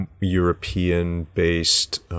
European-based